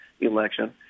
election